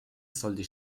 sollte